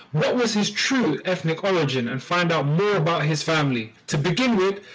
what was his true ethnic origin and find out more about his family to begin with,